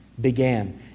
began